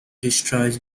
destroys